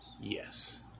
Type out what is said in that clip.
yes